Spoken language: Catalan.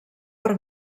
per